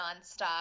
nonstop